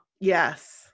Yes